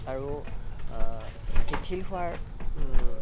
আৰু শিথিল হোৱাৰ